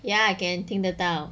ya I can 听得到